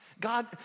God